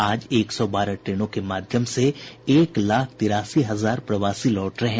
आज एक सौ बारह ट्रेनों के माध्यम से एक लाख तेरासी हजार प्रवासी लौट रहे हैं